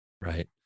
Right